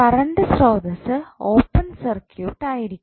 current സ്രോതസ്സ് open circuit ആയിരിക്കും